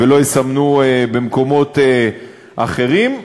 ולא יסמנו ממקומות אחרים.